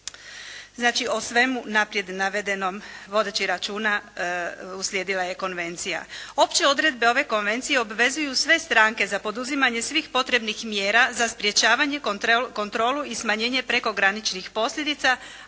Znači, o svemu naprijed navedenom vodeći računa uslijedila je konvencija. Opće odredbe ove konvencije obvezuju sve stranke za poduzimanje svih potrebnih mjera za sprječavanje, kontrolu i smanjenje prekograničnih posljedica